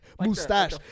mustache